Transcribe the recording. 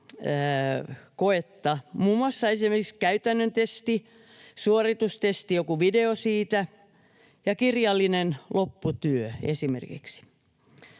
koetta — muun muassa käytännön testi, suoritustesti, joku video siitä ja kirjallinen lopputyö, esimerkiksi.